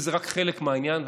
זה רק חלק מהעניין,